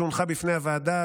שהונחה בפני הוועדה,